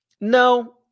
No